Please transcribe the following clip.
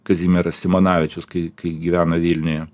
kazimieras simonavičius kai kai gyveno vilniuje